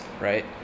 right